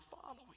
following